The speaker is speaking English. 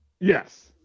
Yes